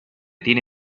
tiene